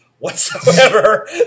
Whatsoever